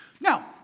Now